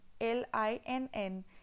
l-i-n-n